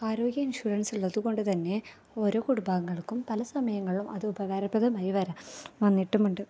ആരോഗ്യ ഇൻഷുറൻസ് ഉള്ളതുകൊണ്ട് തന്നെ ഓരോ കുടുംബാങ്ങൾക്കും പല സമയങ്ങളും അതുപകാരപ്രതമായി വരാം വന്നിട്ടുമുണ്ട്